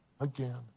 again